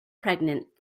pregnant